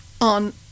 on